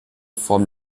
form